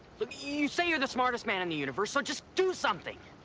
look, you say you're the smartest man in the universe, so just do something!